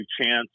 chance